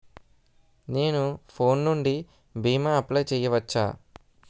నేను ఫోన్ నుండి భీమా అప్లయ్ చేయవచ్చా?